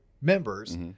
members